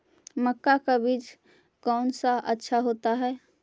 मक्का का बीज कौन सा अच्छा होता है?